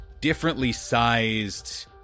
differently-sized